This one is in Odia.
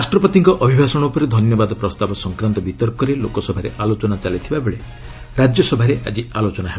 ରାଷ୍ଟ୍ରପତିଙ୍କ ଅଭିଭାଷଣ ଉପରେ ଧନ୍ୟବାଦ ପ୍ରସ୍ତାବ ସଂକ୍ରାନ୍ତ ବିତର୍କରେ ଲୋକସଭାରେ ଆଲୋଚନା ଚାଲିଥିବାବେଳେ ରାଜ୍ୟସଭାରେ ଆଜି ଆଲୋଚନା ହେବ